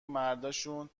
مرداشون